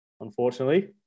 unfortunately